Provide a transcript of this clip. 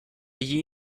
gli